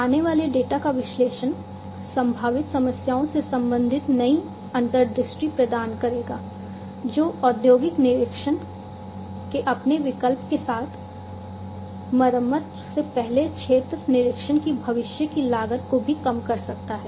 आने वाले डेटा का विश्लेषण संभावित समस्याओं से संबंधित नई अंतर्दृष्टि प्रदान करेगा जो औद्योगिक निरीक्षण के अपने विकल्प के साथ मरम्मत से पहले क्षेत्र निरीक्षण की भविष्य की लागत को भी कम कर सकता है